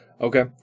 Okay